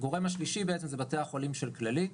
הגורם השלישי אלו הם בתי החולים של כללית,